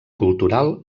cultural